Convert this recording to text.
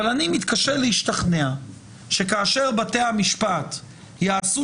אבל אני מתקשה להשתכנע שכאשר בתי המשפט יעשו